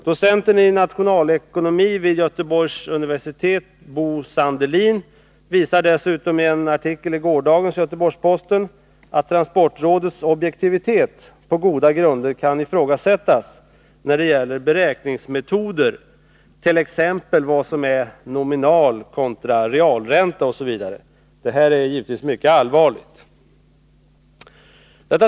Docenten i nationalekonomi vid Göteborgs universitet Bo Sandelin visar dessutom i en artikel i gårdagens Göteborgs-Posten att transportrådets objektivitet på goda grunder kan ifrågasättas när det gäller beräkningsmetoder, t.ex. vad som är nominalkontra realränta. Detta är givetvis mycket allvarligt.